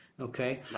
Okay